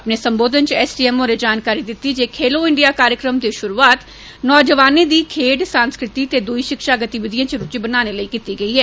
अपने सम्बोधन च एस डी एम होरें जानकारी दिती जे 'खोलो इण्डिया' कार्यक्रम दी शुरुआत नौजवानें दी खेड सांस्कृतिक ते दुई शिक्षा गतिविधियें च रुची बनाने लेई कीती गेई ऐ